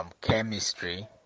chemistry